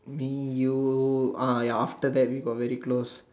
me you ah ya after that we got very close